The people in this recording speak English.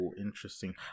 interesting